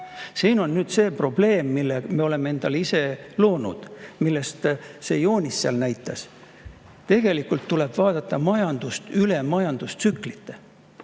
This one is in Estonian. Siin on see probleem, mille me oleme endale ise loonud, mida see joonis seal ka näitas. Tegelikult tuleb vaadata majandust üle majandustsüklite. On